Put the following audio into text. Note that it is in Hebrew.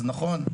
נכון,